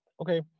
Okay